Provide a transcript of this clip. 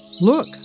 Look